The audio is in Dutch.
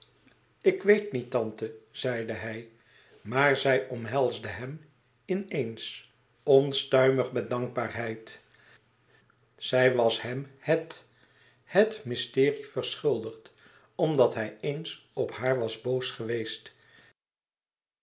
ik weet niet tante zeide hij maar zij omhelsde hem in eens onstuimig met dankbaarheid zij was hem hét het mysterie verschuldigd omdat hij eens op haar was boos geweest